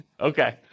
Okay